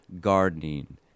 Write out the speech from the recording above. gardening